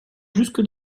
jusque